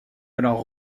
alors